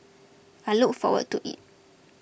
I look forward to it